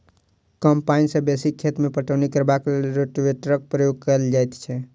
कम पाइन सॅ बेसी खेत मे पटौनी करबाक लेल रोटेटरक प्रयोग कयल जाइत छै